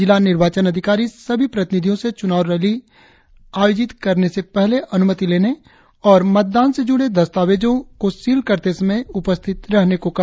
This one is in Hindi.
जिला निर्वाचन अधिकारी सभी प्रतिनिधियों से चुनाव रैली करने से पहले अनुमति लेने और मतदान से जुड़े दस्तावेजों को सील करते समय उपस्थित रहने को कहा